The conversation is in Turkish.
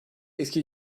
eski